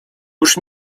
już